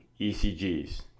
ECGs